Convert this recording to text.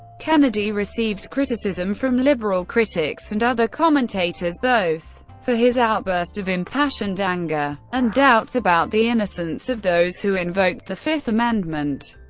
kennedy received criticism from liberal critics and other commentators both for his outburst of impassioned anger and doubts about the innocence of those who invoked the fifth amendment.